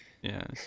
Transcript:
yes